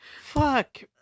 Fuck